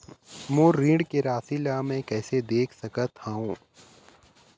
मोर ऋण के राशि ला म कैसे देख सकत हव?